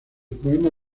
poemas